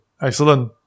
Excellent